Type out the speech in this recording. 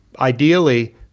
Ideally